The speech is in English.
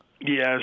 Yes